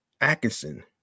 Atkinson